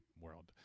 World